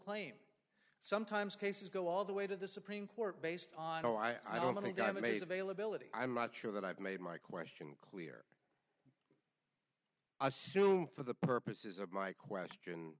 claim sometimes cases go all the way to the supreme court based on oh i don't think i made availability i'm not sure that i've made my question clear i assume for the purposes of my question